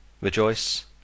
rejoice